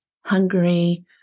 Hungary